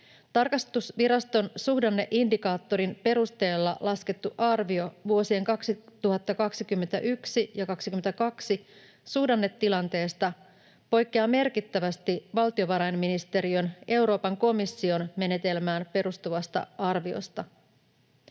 Tarkastusviraston suhdanneindikaattorin perusteella laskettu arvio vuosien 2021 ja 2022 suhdannetilanteesta poikkeaa merkittävästi valtiovarainministeriön Euroopan komission menetelmään perustuvasta arviosta.